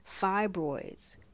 fibroids